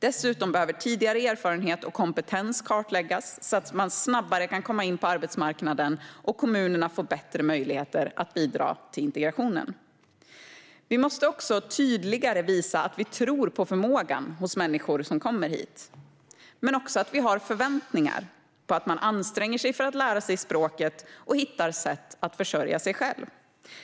Dessutom behöver erfarenhet och kompetens kartläggas tidigare, så att man snabbare kan komma in på arbetsmarknaden och kommunerna får bättre möjligheter att bidra till integrationen. Vi måste också tydligare visa att vi tror på förmågan hos människor som kommer hit, men också att vi har förväntningar på att man anstränger sig för att lära sig språket och hittar sätt att försörja sig själv.